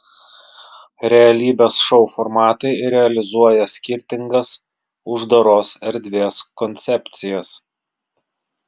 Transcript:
realybės šou formatai realizuoja skirtingas uždaros erdvės koncepcijas